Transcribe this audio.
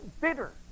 bitter